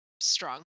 strong